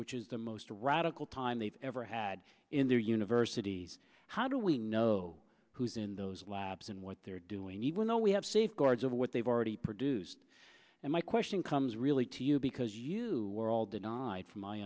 which is the most radical time they've ever had add in their universities how do we know who's in those labs and what they're doing even though we have safeguards of what they've already produced and my question comes really to you because you were all denied from my